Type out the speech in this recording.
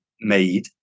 made